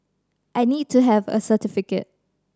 I need to have a certificate